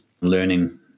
learning